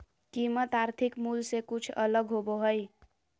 कीमत आर्थिक मूल से कुछ अलग होबो हइ